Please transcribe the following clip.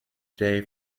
today